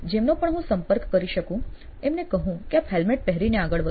જેમનો પણ હું સંપર્ક કરી શકું એમને કહું કે આપ હેલ્મેટ પહેરીને આગળ વધો